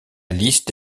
liste